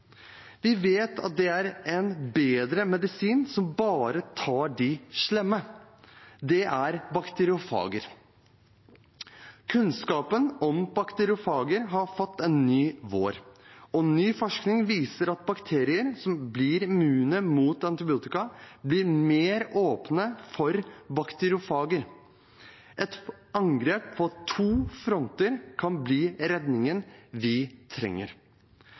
Vi vet at det er en bedre medisin som bare tar «de slemme», og det er bakteriofager. Kunnskapen om bakteriofager har fått en ny vår, og ny forskning viser at bakterier som blir immune mot antibiotika, blir mer åpne for bakteriofager. Et angrep på to fronter kan bli redningen vi trenger.